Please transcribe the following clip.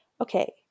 okay